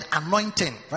anointing